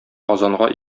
казанга